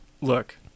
Look